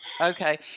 Okay